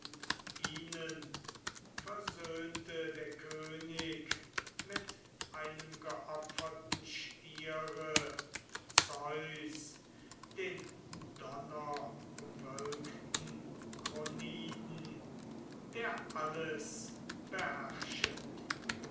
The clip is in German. ihnen versöhnte der könig mit einem geopferten stiere zeus den donnerumwölkten kroniden der alles beherrschet